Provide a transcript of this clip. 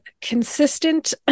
consistent